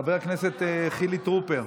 חבר הכנסת חילי טרופר,